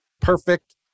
perfect